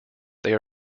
they